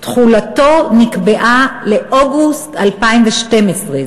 תחילתו נקבעה לאוגוסט 2012,